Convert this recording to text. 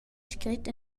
scret